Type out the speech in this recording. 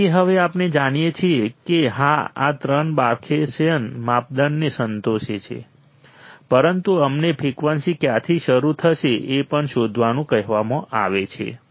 તેથી હવે આપણે જાણીએ છીએ કે હા આ ત્રણ બરખાઉસેન માપદંડને સંતોષે છે પરંતુ અમને ફ્રિકવન્સી ક્યાંથી શરૂ થશે એ પણ શોધવાનું કહેવામાં આવે છે